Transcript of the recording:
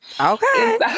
Okay